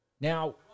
Now